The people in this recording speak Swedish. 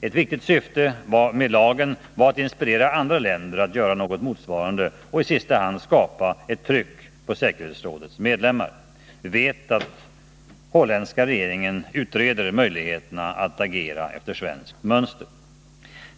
Ett viktigt syfte med lagen var att inspirera andra länder att göra något motsvarande och i sista hand skapa ett tryck på säkerhetsrådets medlemmar. Vi vet att holländska regeringen utreder möjligheterna att agera efter svenskt mönster.